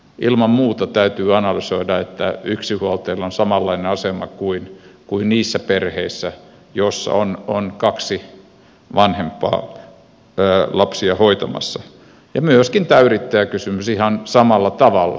ilman muuta täytyy analysoida että yksinhuoltajilla on samanlainen asema kuin niissä perheissä joissa on kaksi vanhempaa lapsia hoitamassa ja myöskin tämä yrittäjäkysymys ihan samalla tavalla